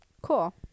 Cool